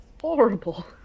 horrible